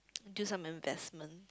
do some investment